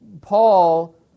Paul